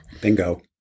Bingo